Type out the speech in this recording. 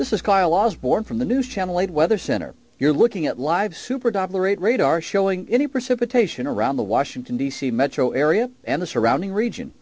this is carl osborne from the news channel eight weather center you're looking at live super doppler eight radar showing any precipitation around the washington d c metro area and the surrounding region